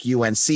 UNC